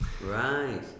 Right